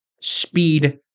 speed